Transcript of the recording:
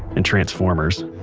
and transformers.